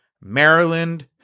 Maryland